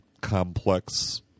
complex